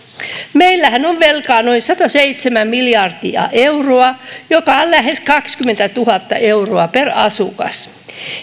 meillähän on velkaa noin sataseitsemän miljardia euroa joka on lähes kaksikymmentätuhatta euroa per asukas